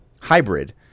hybrid